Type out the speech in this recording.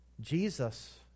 Jesus